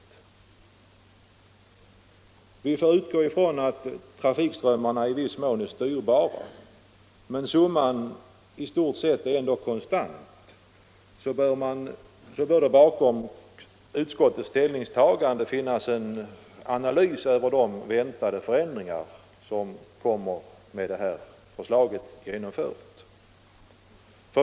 Eftersom vi får utgå från att trafikströmmarna i viss mån är styrbara men att summan i stort sett ändå är konstant i ett givet läge, bör bakom utskottets ställningstagande finnas en analys av de väntade förändringarna.